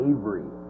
Avery